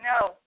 No